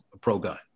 pro-gun